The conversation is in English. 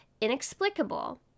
inexplicable